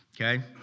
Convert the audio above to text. okay